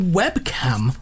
webcam